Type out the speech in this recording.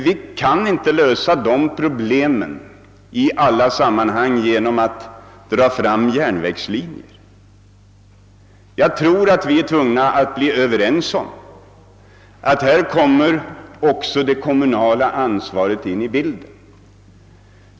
Vi kan inte lösa dessa problem i alla sammanhang genom att dra fram järnvägslinjer. Jag tror att vi är tvungna att komma överens om att också det kommunala ansvaret här kommer in i bilden.